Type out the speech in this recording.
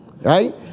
right